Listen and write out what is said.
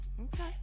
Okay